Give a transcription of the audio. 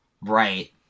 Right